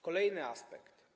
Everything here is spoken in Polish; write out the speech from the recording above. Kolejny aspekt.